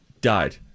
died